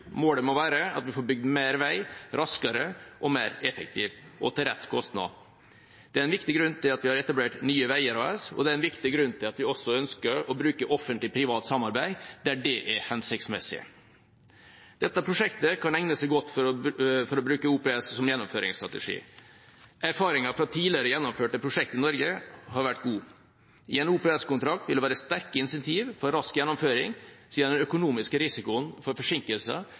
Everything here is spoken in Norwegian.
Målet må være at vi får bygd mer vei raskere, mer effektivt og til rett kostnad. Det er en viktig grunn til at vi har etablert Nye Veier AS, og det er en viktig grunn til at vi også ønsker å bruke offentlig–privat samarbeid der det er hensiktsmessig. Dette prosjektet kan egne seg godt for å bruke OPS som gjennomføringsstrategi. Erfaringer fra tidligere gjennomførte prosjekter i Norge har vært god. I en OPS-kontrakt vil det være sterke incentiv for rask gjennomføring, siden den økonomiske risikoen for forsinkelser